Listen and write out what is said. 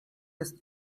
jest